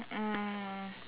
um